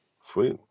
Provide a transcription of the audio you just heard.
sweet